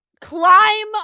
Climb